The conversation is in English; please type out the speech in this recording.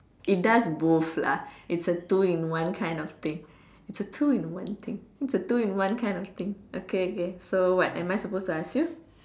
it does both lah it's a two in one kind of thing it's a two in one thing it's a two in one kind of thing okay okay so what am I supposed to ask you